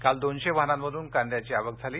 काल दोनशे वाहनांमधून कांद्याची आवक झाली